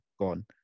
gone